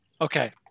okay